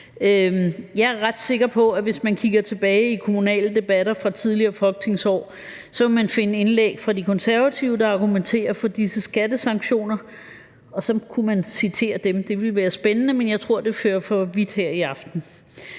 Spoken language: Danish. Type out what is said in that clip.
Jeg er ret sikker på, at hvis man kigger tilbage i kommunale debatter fra tidligere folketingsår, så vil man finde indlæg fra De Konservative, der argumenterer for disse skattesanktioner, og så kunne man citere dem. Det ville være spændende, men jeg tror, det fører for vidt at